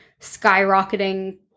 skyrocketing